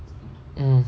mm